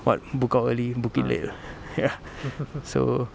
what book out early book in late ah ya so